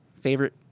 favorite